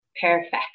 perfect